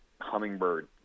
hummingbird